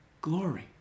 glory